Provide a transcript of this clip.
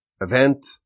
event